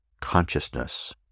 consciousness